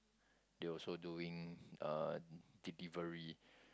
they also doing uh delivery